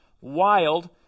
wild